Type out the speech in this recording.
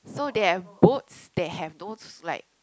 so they have boats they have those like